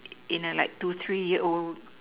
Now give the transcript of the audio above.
in a like two three year old